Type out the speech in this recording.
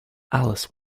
alice